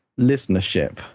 listenership